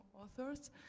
authors